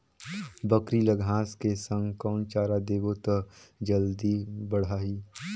बकरी ल घांस के संग कौन चारा देबो त जल्दी बढाही?